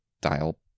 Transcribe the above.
dial